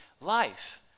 life